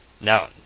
now